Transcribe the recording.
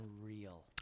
unreal